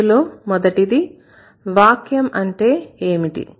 అందులో మొదటిది వాక్యం అంటే ఏమిటి